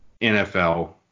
NFL